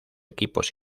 equipos